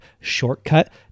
shortcut